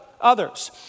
others